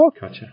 gotcha